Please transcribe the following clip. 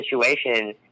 situation